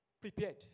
prepared